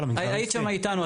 לא, וגם היית שם איתנו.